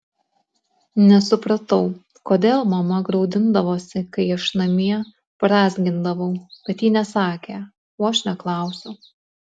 nesupratau kodėl mama graudindavosi kai aš namie brązgindavau bet ji nesakė o aš neklausiau